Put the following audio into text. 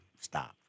stop